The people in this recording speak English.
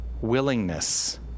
willingness